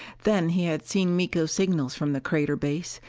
then he had seen miko's signals from the crater base,